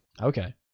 Okay